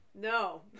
No